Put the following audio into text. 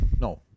no